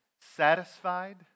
satisfied